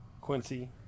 quincy